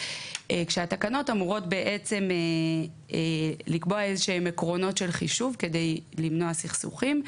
כשהתקנות אמורות לקבוע עקרונות של חישוב כדי למנוע סכסוכים.